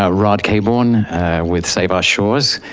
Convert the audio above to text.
ah rod caborn with save our shores.